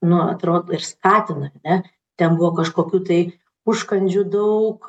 nu atrodo ir skatina ar ne ten buvo kažkokių tai užkandžių daug